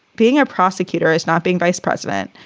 being a prosecutor is not being vice president,